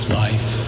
life